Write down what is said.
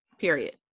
Period